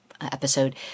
episode